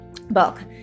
book